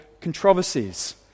controversies